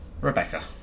Rebecca